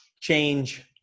Change